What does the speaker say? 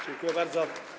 Dziękuję bardzo.